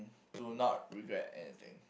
to not regret anything